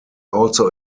also